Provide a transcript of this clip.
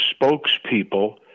spokespeople